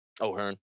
O'Hearn